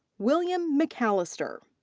william mcallister.